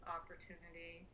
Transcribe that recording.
opportunity